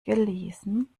gelesen